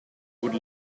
wood